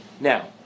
Now